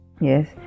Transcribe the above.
Yes